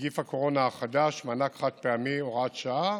(נגיף הקורונה החדש, מענק חד-פעמי (הוראת שעה).